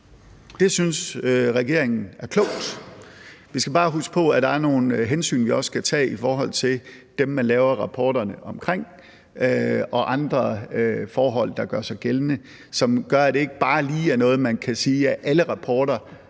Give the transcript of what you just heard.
Det synes regeringen er klogt. Vi skal bare huske på, at der også er nogle hensyn, vi skal tage i forhold til dem, som man laver rapporterne omkring, og andre forhold, der gør sig gældende, som gør, at man ikke bare lige kan sige, at alle rapporter